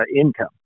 income